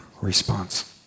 response